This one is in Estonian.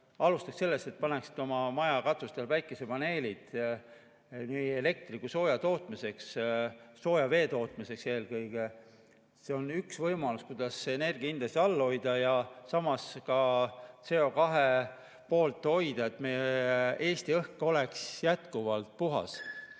alustaksid sellest, et paneksid oma maja katusele päikesepaneelid nii elektri kui ka sooja tootmiseks, sooja vee tootmiseks eelkõige. See on üks võimalus, kuidas energiahindasid all hoida ja samas ka CO2poolt hoida, et Eesti õhk oleks jätkuvalt puhas.